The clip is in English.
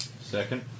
Second